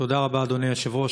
תודה רבה, אדוני היושב-ראש.